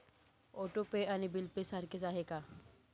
Auto pay आणि bill pay सारखेच आहे का?